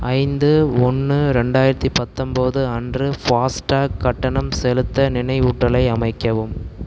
ஐந்து ஒன்று ரெண்டாயிரத்தி பத்தொம்பது அன்று ஃபாஸ்டேக் கட்டணம் செலுத்த நினைவூட்டலை அமைக்கவும்